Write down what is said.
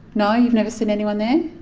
no, you've never seen anyone there?